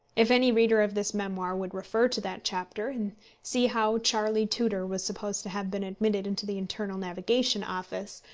if any reader of this memoir would refer to that chapter and see how charley tudor was supposed to have been admitted into the internal navigation office,